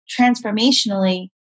transformationally